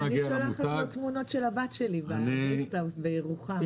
אני שלחתי אתמול תמונות של הבת שלי בגסט האוס בירוחם.